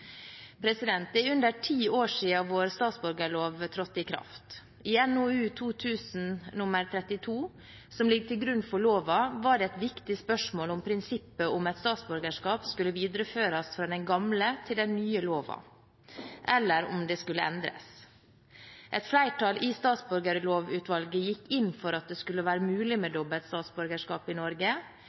Det er under ti år siden vår statsborgerlov trådte i kraft. I NOU 2000:32, som ligger til grunn for loven, var det et viktig spørsmål om prinsippet om ett statsborgerskap skulle videreføres fra den gamle til den nye loven, eller om det skulle endres. Et flertall i statsborgerlovutvalget gikk inn for at det skulle være mulig med dobbelt statsborgerskap i Norge,